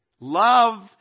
Love